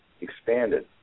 expanded